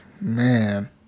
Man